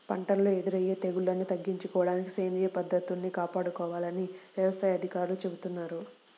పంటల్లో ఎదురయ్యే తెగుల్లను తగ్గించుకోడానికి సేంద్రియ పద్దతుల్ని వాడుకోవాలని యవసాయ అధికారులు చెబుతున్నారు